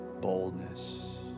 boldness